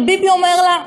וביבי אומר לה: